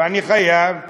ואני חייב אותם,